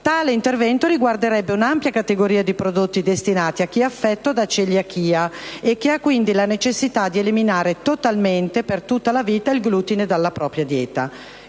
tale intervento riguarderebbe un'ampia categoria di prodotti destinati a chi è affetto da celiachia e che ha, quindi, la necessità di eliminare totalmente e per tutta la vita il glutine dalla propria dieta;